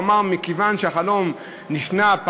אמר: מכיוון שהחלום נשנה,